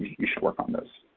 you should work on those.